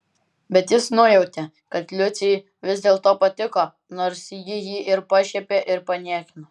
bet jis nujautė kad liucei vis dėlto patiko nors ji jį ir pašiepė ir paniekino